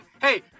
Hey